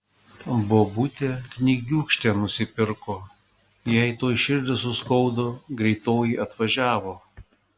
bobutė knygiūkštę nusipirko jai tuoj širdį suskaudo greitoji atvažiavo